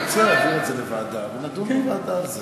אם תרצה, נעביר את זה לוועדה ונדון בוועדה על זה.